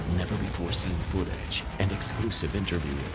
before seen footage and exclusive interviews.